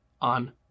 on